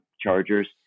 chargers